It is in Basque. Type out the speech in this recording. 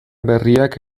berriak